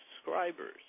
subscribers